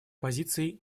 позиций